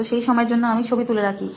তো সেই সময়ের জন্য আমি ছবি তুলে রাখি